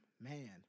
Man